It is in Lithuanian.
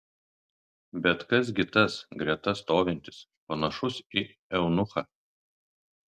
bet kas gi tas greta stovintis panašus į eunuchą